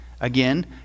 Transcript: Again